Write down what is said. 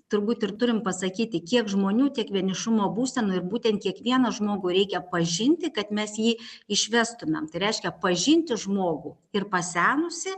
turbūt ir turim pasakyti kiek žmonių tiek vienišumo būsenų ir būtent kiekvieną žmogų reikia pažinti kad mes jį išvestumėm tai reiškia pažinti žmogų ir pasenusį